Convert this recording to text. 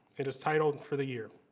it is titled, for the year.